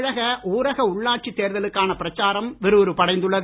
தமிழகத்தில் ஊரக உள்ளாட்சி தேர்தலுக்கான பிரச்சாரம் விறுவிறுப்படைந்துள்ளது